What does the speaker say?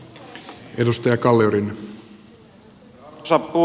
arvoisa puhemies